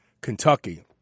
Kentucky